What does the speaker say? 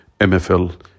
MFL